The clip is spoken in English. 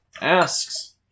asks